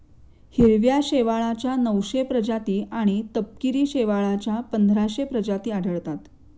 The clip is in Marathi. हिरव्या शेवाळाच्या नऊशे प्रजाती आणि तपकिरी शेवाळाच्या पंधराशे प्रजाती आढळतात